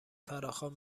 فراخوان